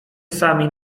sami